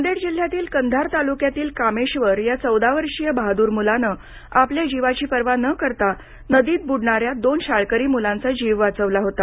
नांदेड जिल्ह्यातील कंधार तालुक्यातील कामेश्वर या चौदा वर्षीय बहादूर मुलाने आपल्या जीवाची पर्वा न करता नदीत बुडणाऱ्या दोन शाळकरी मुलांचा जीव वाचवला होता